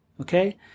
okay